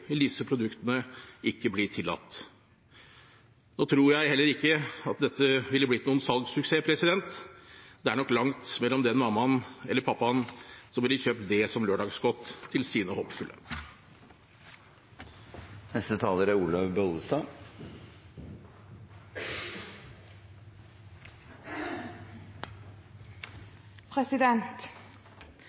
vil disse produktene ikke bli tillatt. Nå tror jeg heller ikke at dette ville blitt noen salgssuksess – det er nok langt mellom den mammaen eller pappaen som ville kjøpt det som lørdagsgodt til sine